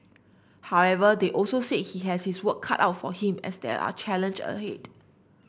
however they also said he has his work cut out for him as there are challenge ahead